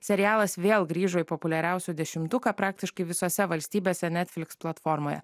serialas vėl grįžo į populiariausių dešimtuką praktiškai visose valstybėse netfliks platformoje